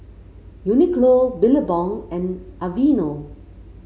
Uniqlo Billabong and Aveeno